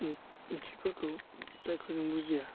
ओंथिफोरखौ जायखौ जों बुजिया